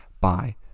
Bye